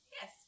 yes